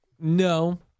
No